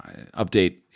update